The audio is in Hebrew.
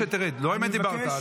לא אמת דיברת.